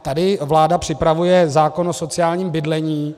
Tady vláda připravuje zákon o sociálním bydlení.